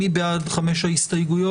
מי בעד חמש ההסתייגויות?